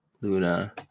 Luna